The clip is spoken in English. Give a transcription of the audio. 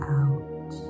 out